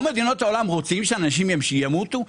כל מדינות העולם רוצות שאנשים ימותו?